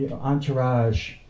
entourage